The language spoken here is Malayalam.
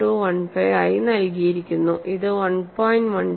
1215 ആയി നൽകിയിരിക്കുന്നു ഇത് 1